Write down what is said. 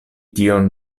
tion